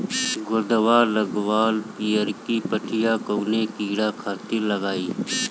गोदवा लगवाल पियरकि पठिया कवने कीड़ा खातिर लगाई?